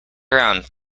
around